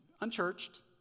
unchurched